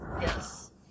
yes